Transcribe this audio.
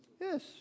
Yes